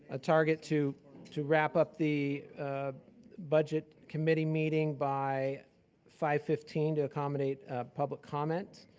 a target to to wrap up the budget committee meeting by five fifteen to accommodate public comment.